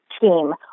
team